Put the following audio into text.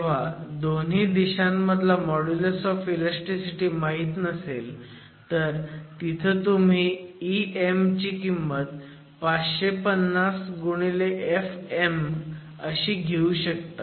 जेव्हा दोन्ही दिशांमधला मॉड्युलस ऑफ इलॅस्टीसिटी माहीत नसेल तिथं तुम्ही Em ची किंमत ही 550fm अशी घेऊ शकता